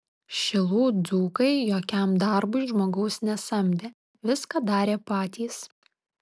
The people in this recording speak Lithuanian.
šilų dzūkai jokiam darbui žmogaus nesamdė viską darė patys